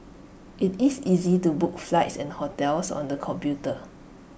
IT is easy to book flights and hotels on the computer